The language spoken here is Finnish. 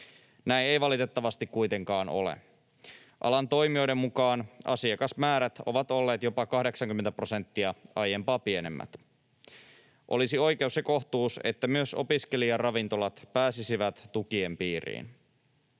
Näin ei valitettavasti kuitenkaan ole. Alan toimijoiden mukaan asiakasmäärät ovat olleet jopa 80 prosenttia aiempaa pienemmät. Olisi oikeus ja kohtuus, että myös opiskelijaravintolat pääsisivät tukien piiriin.